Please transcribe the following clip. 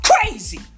Crazy